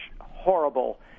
horrible